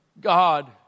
God